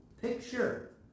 picture